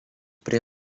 prie